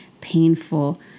painful